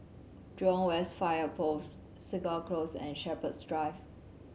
Jurong West Fire Post Segar Close and Shepherds Drive